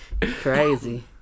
Crazy